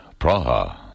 Praha